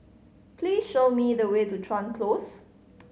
please show me the way to Chuan Close